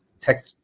tech